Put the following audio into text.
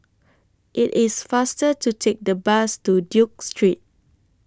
IT IS faster to Take The Bus to Duke Street